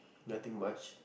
nothing much